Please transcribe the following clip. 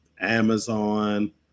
amazon